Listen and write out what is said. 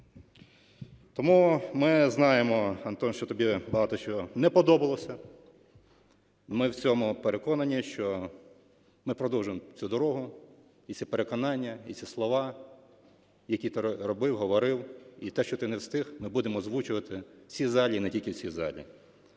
Тому ми знаємо, Антоне, що тобі багато чого не подобалося. Ми в цьому переконані, що ми продовжимо цю дорогу, і ці переконання, і ці слова, які ти робив, говорив. І те, що ти не встиг, ми будемо озвучувати в цій залі і не тільки в цій залі.